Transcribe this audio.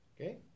Okay